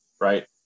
right